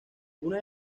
una